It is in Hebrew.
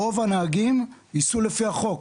רוב הנהגים ייסעו לפי החוק.